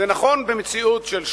זה נכון במציאות של שלום,